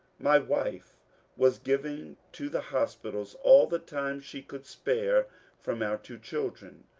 my wife was giving to the hospitals all the time she could spare from our two children.